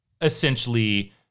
essentially